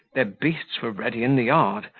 their beasts were ready in the yard,